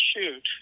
shoot